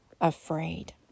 afraid